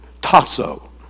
tasso